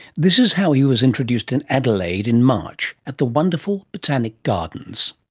this is how he was introduced in adelaide in march at the wonderful botanic gardens.